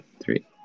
three